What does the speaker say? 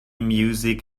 music